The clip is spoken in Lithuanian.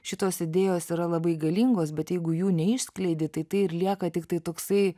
šitos idėjos yra labai galingos bet jeigu jų neišskleidi tai tai ir lieka tiktai toksai